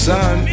Sun